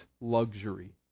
luxury